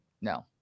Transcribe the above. No